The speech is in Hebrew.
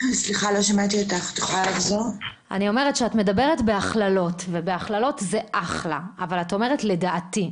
את אומרת לדעתי - מה זה לדעתי?